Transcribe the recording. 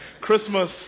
Christmas